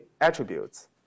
attributes